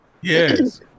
yes